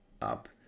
up